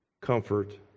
comfort